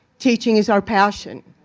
teaching is our passion.